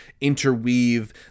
interweave